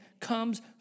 comes